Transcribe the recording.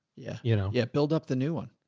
yeah. you know, yeah build up the new one.